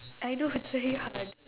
I know it's very hard